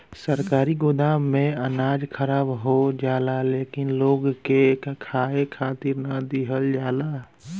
सरकारी गोदाम में अनाज खराब हो जाला लेकिन लोग के खाए खातिर ना दिहल जाला